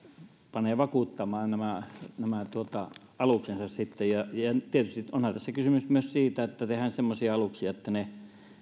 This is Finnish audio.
panee vakuuttamaan nämä nämä alukset ja tietysti onhan tässä kysymys myös siitä että tehdään semmoisia aluksia että ne